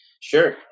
Sure